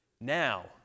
Now